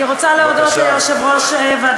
אדוני היושב-ראש,